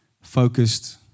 focused